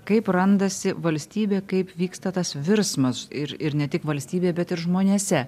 kaip randasi valstybė kaip vyksta tas virsmas ir ir ne tik valstybėj bet ir žmonėse